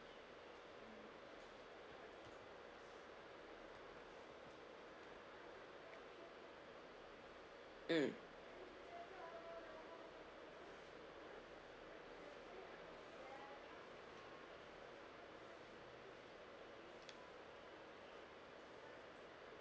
mm